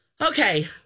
Okay